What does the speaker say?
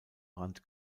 rand